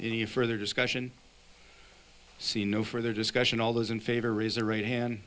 any further discussion see no further discussion all those in favor raise their right hand